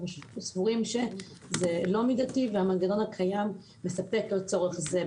אנחנו סבורים שזה לא מידתי והמנגנון הקיים מספק לצורך זה.